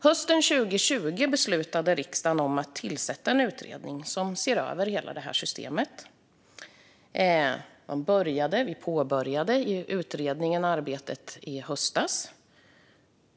Hösten 2020 beslutade riksdagen att tillsätta en utredning som ser över hela det här systemet. Utredningens arbete påbörjades i höstas.